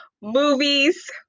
movies